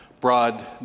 broad